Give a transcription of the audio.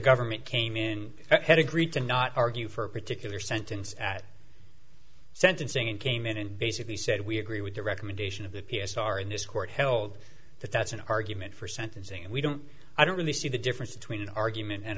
government came in had agreed to not argue for a particular sentence at sentencing and came in and basically said we agree with the recommendation of the p s r in this court held that that's an argument for sentencing and we don't i don't really see the difference between an argument and